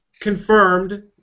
confirmed